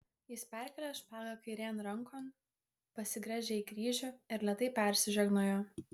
jis perkėlė špagą kairėn rankon pasigręžė į kryžių ir lėtai persižegnojo